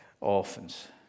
orphans